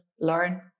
learn